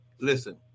listen